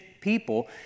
people